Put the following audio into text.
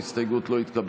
ההסתייגות לא התקבלה.